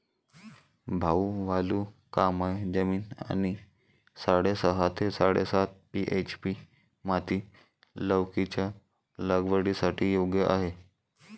भाऊ वालुकामय जमीन आणि साडेसहा ते साडेसात पी.एच.ची माती लौकीच्या लागवडीसाठी योग्य आहे